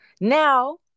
Now